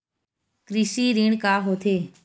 कृषि ऋण का होथे?